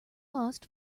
lost